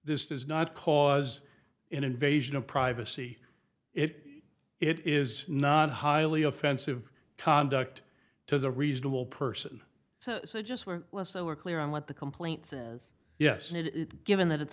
this does not cause an invasion of privacy it it is not highly offensive conduct to the reasonable person so just we're well so we're clear on what the complaint says yes and it given that it's